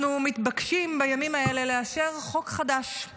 אנחנו מתבקשים בימים האלה לאשר חוק חדש,